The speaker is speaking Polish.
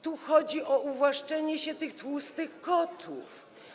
Tu chodzi o uwłaszczenie się tych tłustych kotów.